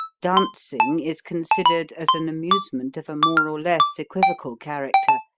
dancing is considered as an amusement of a more or less equivocal character,